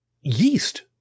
yeast